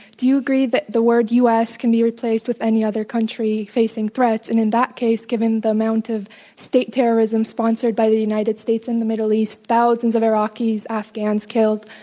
do you agree that the word u. s. can be replaced with any other country facing threats? and in that case, given the amount of state terrorism sponsored by the united states in the middle east, thousands of iraqis, afghans killed,